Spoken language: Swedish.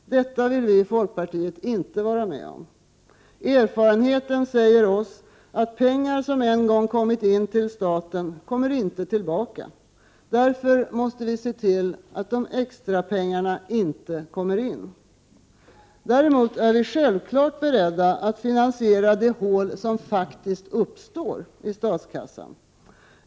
Detta vill vi i folkpartiet inte vara med om. Erfarenheten säger oss att pengar som en gång kommit in till staten inte kommer tillbaka. Därför måste vi se till att extrapengarna inte kommer in. Däremot är vi självfallet beredda att finansiera det hål som faktiskt uppstår istatskassan.